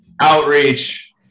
Outreach